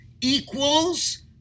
equals